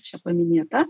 čia paminėta